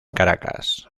caracas